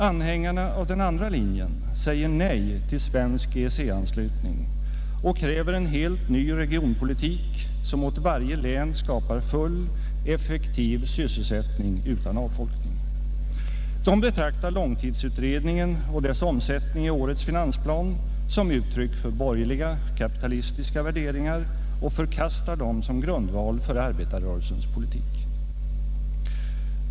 Anhängarna av den andra linjen säger nej till svensk EEC-anslutning och kräver en helt ny regionpolitik, som åt varje län skapar full effektiv sysselsättning utan avfolkning. De betraktar långtidsutredningen och dess omsättning i årets finansplan som uttryck för borgerliga, kapitalistiska värderingar och förkastar dem som grundval för arbetarrörelsens politik.